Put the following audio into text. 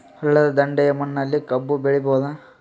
ಹಳ್ಳದ ದಂಡೆಯ ಮಣ್ಣಲ್ಲಿ ಕಬ್ಬು ಬೆಳಿಬೋದ?